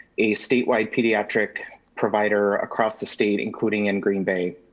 a statewide pediatric provider across the state, including in green bay.